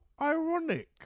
ironic